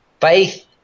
Faith